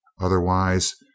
Otherwise